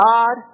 God